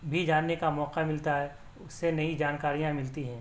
بھی جاننے کا موقع ملتا ہے اس سے نئی جانکاریاں ملتی ہیں